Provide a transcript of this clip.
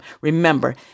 Remember